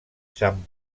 sant